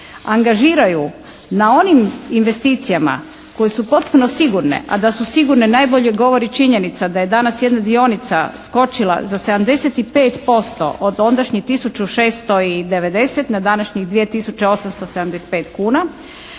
angažiraju na onim investicijama koje su potpuno sigurne, a da su sigurne najbolje govori činjenica da je danas jedna dionica skočila za 75% od ondašnjih 1690 na današnjih 2875 kuna.